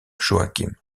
joachim